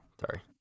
Sorry